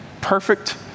perfect